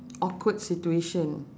awkward situation